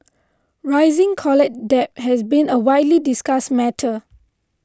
rising college debt has been a widely discussed matter